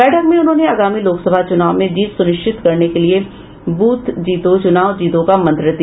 बैठक में उन्होंने आगामी लोकसभा चुनाव में जीत सुनिश्चित करने के लिए बूथ जीतो चुनाव जीतो का मंत्र दिया